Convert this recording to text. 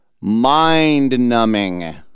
Mind-numbing